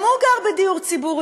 גם הוא גר בדיור ציבורי,